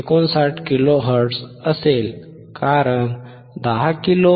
59 kilohertz असेल